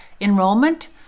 enrollment